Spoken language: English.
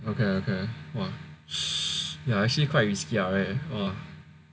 okay okay well ya actually quite risky ah